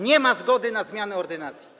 Nie ma zgody na zmianę ordynacji.